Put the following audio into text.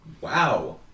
Wow